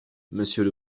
monsieur